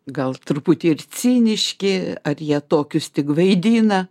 gal truputį ir ciniški ar jie tokius tik vaidina